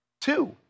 Two